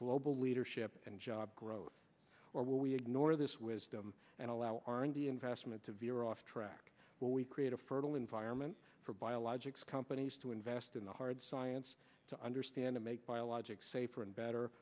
global leadership and job growth or we ignore this wisdom and allow r and d investment to veer off track where we create a fertile environment for biologics companies to invest in the hard science to understand to make biologic safer and better